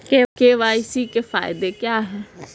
KYC के फायदे क्या है?